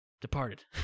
departed